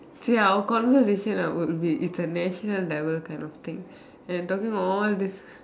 see our conversation ah would be it's a national level kind of thing and we're talking about all this